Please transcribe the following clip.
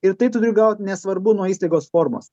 ir tai turi gaut nesvarbu nuo įstaigos formos